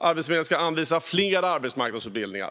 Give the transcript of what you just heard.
Arbetsförmedlingen ska anvisa fler till arbetsmarknadsutbildningar.